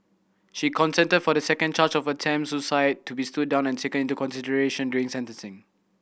she consented for the second charge of attempted suicide to be stood down and taken into consideration during sentencing